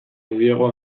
lodiago